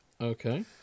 Okay